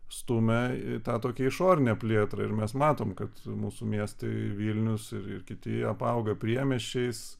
stumia į tą tokią išorinę plėtrą ir mes matom kad su mūsų miestai vilnius ir ir kiti apaugę priemiesčiais